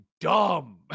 dumb